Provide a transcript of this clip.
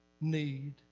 need